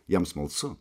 jam smalsu